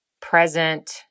present